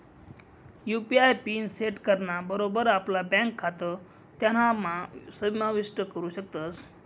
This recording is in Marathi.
यू.पी.आय पिन सेट कराना बरोबर आपला ब्यांक खातं त्यानाम्हा समाविष्ट करू शकतस